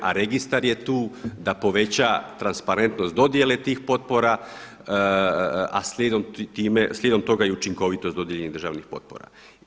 A registar je tu da poveća transparentnost dodjele tih potpora, a slijedom toga i učinkovitost dodijeljenih državnih potpora.